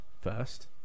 first